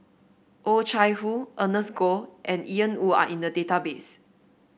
Oh Chai Hoo Ernest Goh and Ian Woo are in the database